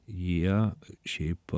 jie šiaip